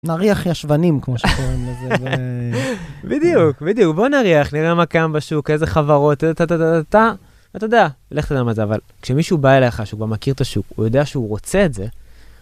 נריח ישבנים, כמו שקוראים לזה. בדיוק, בדיוק. בוא נריח, נראה מה קיים בשוק, איזה חברות, אתה, אתה, אתה, אתה. אתה יודע, לך תדע מה זה אבל, כשמישהו בא אליך, שהוא כבר מכיר את השוק, הוא יודע שהוא רוצה את זה,